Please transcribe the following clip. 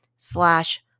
slash